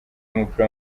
yumupira